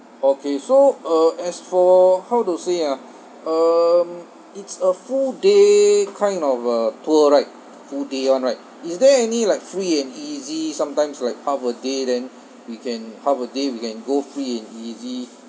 okay so uh as for how to say ah um it's a full day kind of a tour right full day [one] right is there any like free and easy sometimes like half a day then we can half a day we can go free and easy